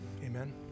Amen